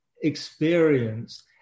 experienced